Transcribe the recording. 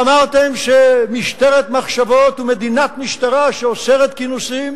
אמרתם שמשטרת מחשבות ומדינת משטרה שאוסרת כינוסים,